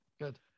Good